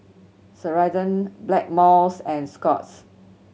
Ceradan Blackmores and Scott's